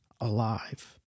alive